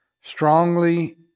strongly